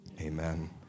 amen